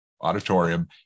auditorium